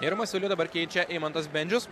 ir masiulį dabar keičia eimantas bendžius